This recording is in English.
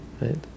right